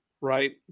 right